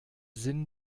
sinn